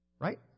right